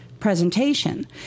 Presentation